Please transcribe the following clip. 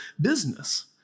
business